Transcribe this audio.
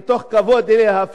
מתוך כבוד אליה,